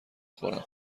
خورم